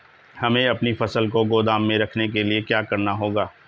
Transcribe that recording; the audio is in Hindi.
हमें अपनी फसल को गोदाम में रखने के लिये क्या करना होगा?